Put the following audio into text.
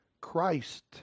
Christ